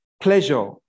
Pleasure